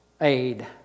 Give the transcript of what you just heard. aid